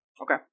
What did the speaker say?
Okay